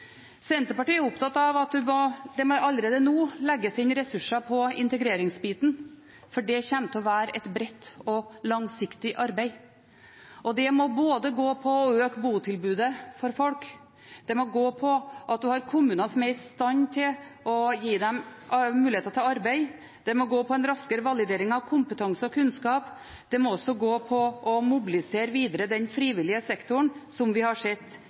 Senterpartiet er opptatt av at det allerede nå må legges inn ressurser på integreringsbiten, for det kommer til å være et bredt og langsiktig arbeid, og det må gå på å øke botilbudet for folk, det må gå på at vi har kommuner som er i stand til å gi dem muligheter til arbeid, det må gå på en raskere validering av kompetanse og kunnskap, og det må også gå på å mobilisere videre den frivillige sektoren som vi har sett